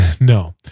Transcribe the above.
No